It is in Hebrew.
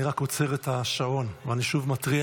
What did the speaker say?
אני עוצר את השעון ואני שוב מתריע,